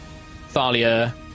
Thalia